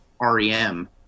REM